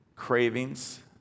cravings